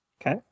Okay